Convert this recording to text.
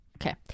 okay